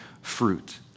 fruit